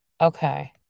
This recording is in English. Okay